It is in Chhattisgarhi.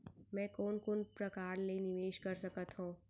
मैं कोन कोन प्रकार ले निवेश कर सकत हओं?